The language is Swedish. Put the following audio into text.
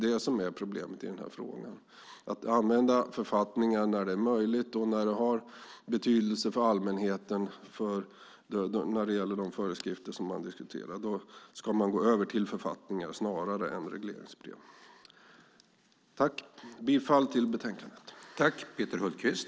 Man ska gå över till att använda författningar när det är möjligt och när de föreskrifter som man diskuterar har betydelse för allmänheten. Jag yrkar på godkännande av utskottets anmälan.